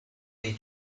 dei